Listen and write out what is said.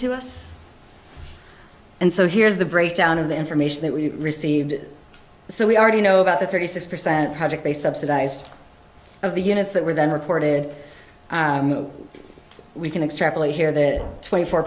to us and so here's the breakdown of the information that we received so we already know about the thirty six percent project a subsidized of the units that were then reported we can extrapolate here that twenty four